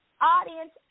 audience